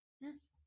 yes